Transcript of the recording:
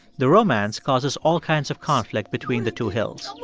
the romance causes all kinds of conflict between the two hills